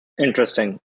Interesting